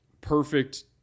perfect